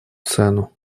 цену